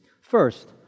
First